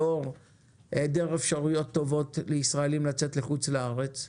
לאור היעדר אפשרויות טובות לישראלים לצאת לחוץ לארץ,